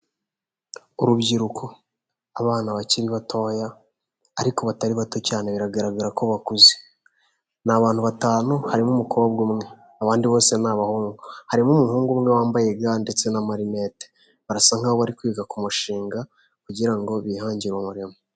Urubyiruko, abana bakiri batoya ariko batari bato cyane biragaragara ko bakuze; ni abantu batanu harimo umukobwa umwe abandi bose ni abahungu; harimo umuhungu umwe wambaye ga ndetse n'amarinete; barasa nkaho bari kwiga ku mushinga kugirango bihangire umurimo.